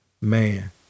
man